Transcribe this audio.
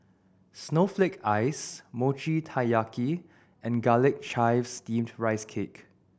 snowflake ice Mochi Taiyaki and Garlic Chives Steamed Rice Cake